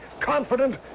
confident